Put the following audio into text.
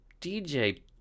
DJ